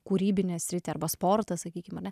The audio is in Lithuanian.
kūrybinę sritį arba sportą sakykim ar ne